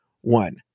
One